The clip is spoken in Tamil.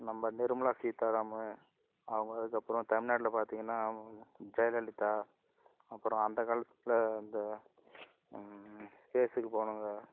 நம்ப நிர்மலா சீத்தாராம் அவங்களுக்கு அப்புறம் தமிழ்நாட்டில பார்த்திங்கன்னா ஜெயலலிதா அப்புறம் அந்த காலத்தில் அந்த ஸ்பேஸுக்கு போனவங்க